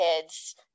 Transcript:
kids